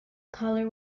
color